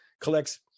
collects